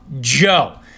Joe